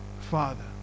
father